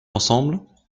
ensemble